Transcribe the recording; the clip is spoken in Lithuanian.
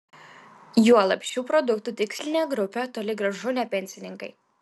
juolab šių produktų tikslinė grupė toli gražu ne pensininkai